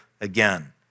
again